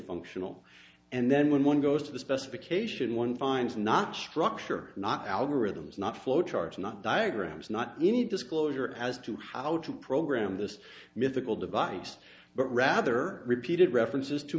functional and then when one goes to the specification one finds not structured not algorithms not flow charts not diagrams not any disclosure as to how to program this mythical device but rather repeated references to